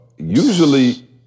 Usually